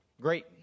great